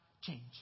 change